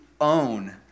own